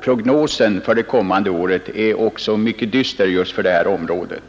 Prognosen för det kommande året är också mycket dyster i fråga om just det området.